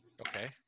Okay